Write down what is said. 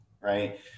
right